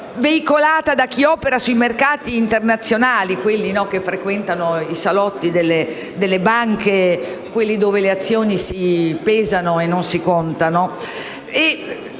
veicolata da chi opera sui mercati internazionali (quelli che frequentano i salotti delle banche, dove le azioni si pesano e non si contano)